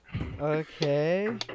Okay